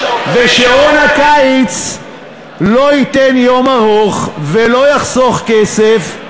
ושעון הקיץ לא ייתן יום ארוך ולא יחסוך כסף.